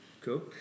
cool